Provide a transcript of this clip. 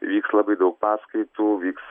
vyks labai daug paskaitų vyks